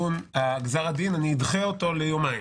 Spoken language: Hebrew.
גזר הדין, אדחה אותו ליומיים